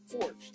forged